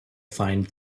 find